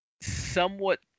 somewhat